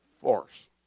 force